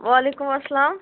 وعلیکُم اسلام